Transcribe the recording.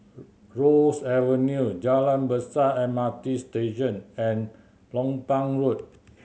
Ross Avenue Jalan Besar M R T Station and Lompang Road